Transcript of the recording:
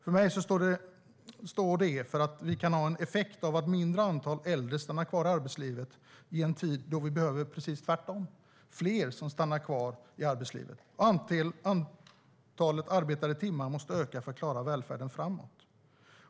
För mig står det för att vi kan ha en effekt av att ett mindre antal äldre stannar kvar i arbetslivet i en tid då vi behöver precis motsatsen, nämligen fler som stannar kvar i arbetslivet. Antalet arbetade timmar måste öka för att vi ska klara välfärden framåt.